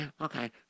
Okay